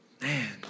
man